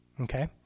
Okay